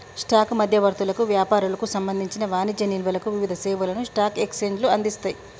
stock మధ్యవర్తులకు, వ్యాపారులకు సంబంధించిన వాణిజ్య నిల్వలకు వివిధ సేవలను స్టాక్ ఎక్స్చేంజ్లు అందిస్తయ్